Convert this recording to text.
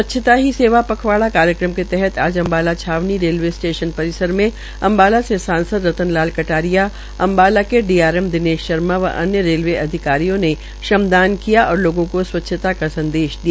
स्वच्छता ही सेवा पखवाड़ा कार्यक्रम के तहत आज अम्बाला छावनी रेलवे स्टेशन परिसर में अम्बाला से सांसद रतन लाल कटारिया अम्बाला के डीआरएम दिनेश शर्मा व अन्य रेलवे अधिकारियों ने श्रमदान किया और लोगों को स्वचछता का संदेश दिया